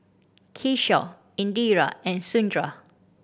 Kishore Indira and Sundar